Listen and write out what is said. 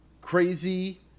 crazy